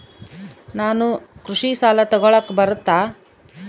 ನಾನು ಕೃಷಿ ಸಾಲ ತಗಳಕ ಬರುತ್ತಾ?